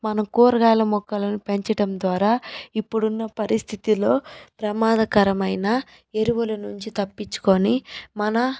మనం కూరగాయ మొక్కలను పెంచడం ద్వారా ఇప్పుడున్న పరిస్థితిలో ప్రమాదకరమైన ఎరువుల నుంచి తప్పించుకొని మన